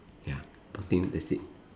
ya I think that's it